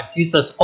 Jesus